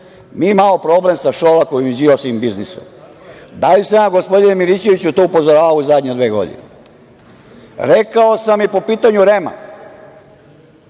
Mi imamo problem sa Šolakovim i Đilasovim biznisom. Da li sam ja, gospodine Milićeviću, na to upozoravao u zadnje dve godine? Rekao sam i po pitanju REM